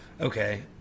okay